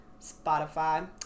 Spotify